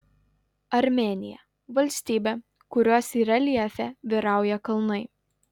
armėnija valstybė kurios reljefe vyrauja kalnai